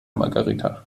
margarita